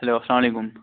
hello اَسلامُ علیکُم